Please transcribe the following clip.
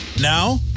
Now